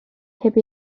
heb